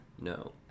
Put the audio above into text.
No